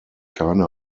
keine